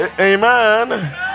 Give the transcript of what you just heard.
amen